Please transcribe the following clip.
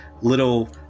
little